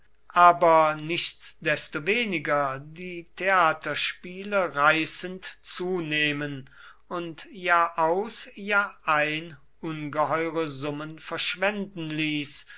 aber nichtsdestoweniger die theaterspiele reißend zunehmen und jahr aus jahr ein ungeheure summen verschwenden ließ